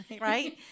right